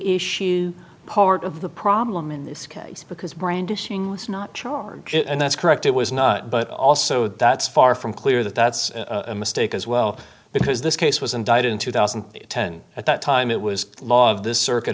issue part of the problem in this case because brandishing is not charged and that's correct it was not but also that's far from clear that that's a mistake as well because this case was indicted in two thousand and ten at that time it was law of this circuit